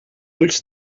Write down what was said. ulls